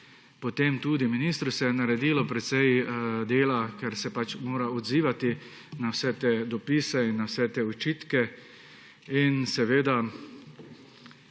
dela. Tudi ministru se je naredilo precej dela, ker se mora odzivati na vse te dopise in na vse te očitke. Vaše